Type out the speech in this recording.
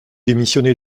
démissionné